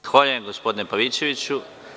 Zahvaljujem, gospodine Pavićeviću.